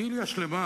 זאת התורנות שלי.